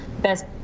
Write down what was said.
best